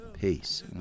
Peace